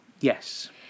Yes